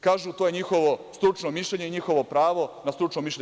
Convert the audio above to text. Kažu, to je njihovo stručno mišljenje i njihovo pravo na stručno mišljenje.